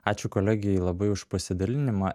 ačiū kolegei labai už pasidalinimą